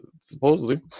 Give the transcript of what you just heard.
supposedly